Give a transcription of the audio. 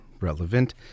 relevant